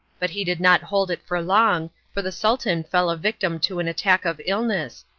but he did not hold it for long, for the sultan fell a victim to an attack of illness,